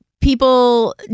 people